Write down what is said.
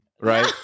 Right